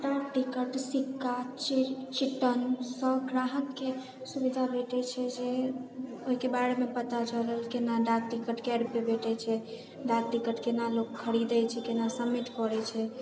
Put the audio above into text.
ticket सिक्का चट्टानसँ ग्राहकके सुविधा भेटैत छै जे ओहिके बारेमे पता चलल केना डाक टिकट कय रुपये भेटैत छै डाक टिकट केना लोक खरीदैत छै केना सबमिट करैत छै